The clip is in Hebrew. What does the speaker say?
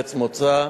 ארץ מוצא,